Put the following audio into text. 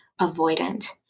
avoidant